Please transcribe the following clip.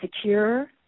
secure